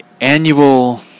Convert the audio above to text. annual